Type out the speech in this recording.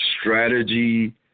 strategy